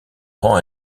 rend